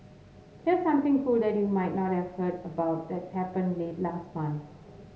here's something cool that you might not have heard about that happened late last month